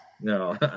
no